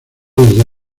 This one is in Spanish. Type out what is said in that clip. desde